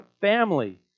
family